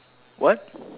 what